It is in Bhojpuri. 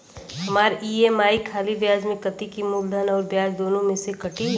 हमार ई.एम.आई खाली ब्याज में कती की मूलधन अउर ब्याज दोनों में से कटी?